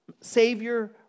Savior